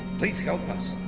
please help us.